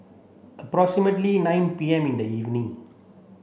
approximately nine P M in the evening